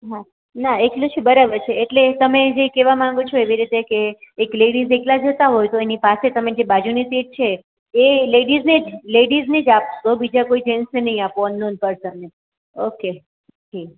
હા ના એકલી છું બરાબર છે એટલે તમે જે કહેવા માગો છો એવી રીતે કે એક લેડીજ એકલાં જતાં હોય તો એની પાસે તમે જે બાજુની સીટ છે એ લેડીઝને જ લેડીઝને જ આપશો બીજા કોઈ જેન્ટ્સને નહીં આપો અનનોન પર્સનને ઓકે જી